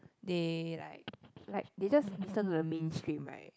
they like like like they just listen to the mainstream right